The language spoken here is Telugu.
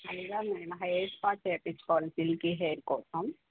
నేను హెయిర్ ప్యాక్ వేయించుకోవాలి సిల్కీ హెయిర్ కోసం